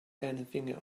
anything